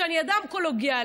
שאני אדם קולגיאלי,